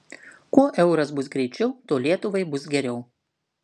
kuo euras bus greičiau tuo lietuvai bus geriau